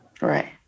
Right